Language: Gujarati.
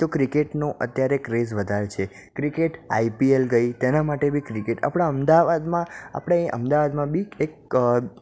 તો ક્રિકેટનું અત્યારે ક્રેઝ વધારે છે ક્રિકેટ આઈપીએલ ગઈ તેના માટે બી ક્રિકેટ આપણા અમદાવાદમાં આપણે અહીં અમદાવાદમાં બી એક